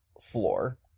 floor